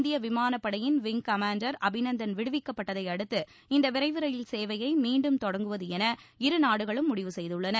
இந்திய விமானப்படையின் wing commander Abhinandan விடுவிக்கப்பட்டதை அடுத்து இந்த விரைவு ரயில் சேவையை மீண்டும் தொடங்குவது என இரு நாடுகளும் முடிவு செய்துள்ளன